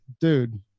dude